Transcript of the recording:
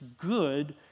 good